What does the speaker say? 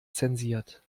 zensiert